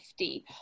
50